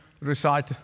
recite